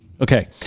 okay